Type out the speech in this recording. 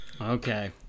okay